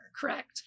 Correct